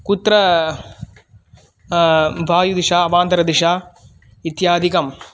कुत्र वायुदिशा अवान्तरदिशा इत्यादिकम्